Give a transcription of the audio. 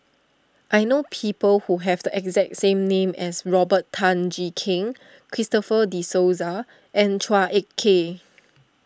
I know people who have the exact same name as Robert Tan Jee Keng Christopher De Souza and Chua Ek Kay